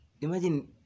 Imagine